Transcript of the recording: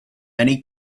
many